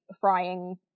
frying